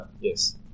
yes